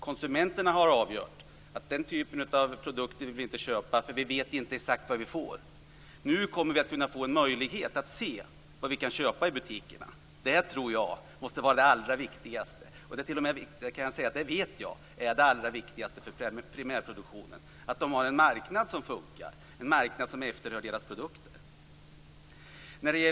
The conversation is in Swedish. Konsumenterna har avgjort att man inte vill köpa den typen av produkter eftersom man inte vet exakt vad man får. Nu kommer vi att få en möjlighet att se vad vi kan köpa i butikerna. Det tror jag måste vara det allra viktigaste. Jag vet att det allra viktigaste för primärproduktionen är att man har en marknad som fungerar, en marknad som efterfrågar dess produkter.